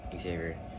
Xavier